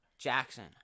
Jackson